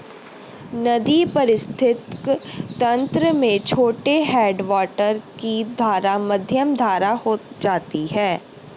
नदी पारिस्थितिक तंत्र में छोटे हैडवाटर की धारा मध्यम धारा हो जाती है